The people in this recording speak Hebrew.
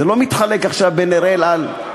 זה לא מתחלק עכשיו בין אראל על,